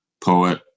poet